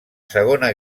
segona